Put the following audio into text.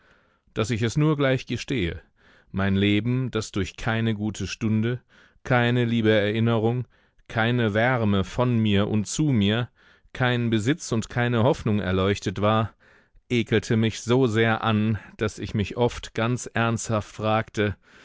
daß ich es nur gleich gestehe mein leben das durch keine gute stunde keine liebe erinnerung keine wärme von mir und zu mir keinen besitz und keine hoffnung erleuchtet war ekelte mich so sehr an daß ich mich oft ganz ernsthaft fragte